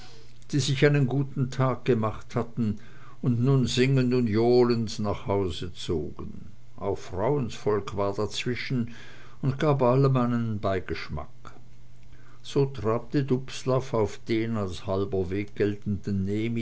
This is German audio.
die sich einen guten tag gemacht hatten und nun singend und johlend nach hause zogen auch frauensvolk war dazwischen und gab allem einen beigeschmack so trabte dubslav auf den als halber weg geltenden